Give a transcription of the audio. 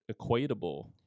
equatable